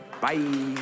Bye